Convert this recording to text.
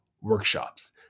workshops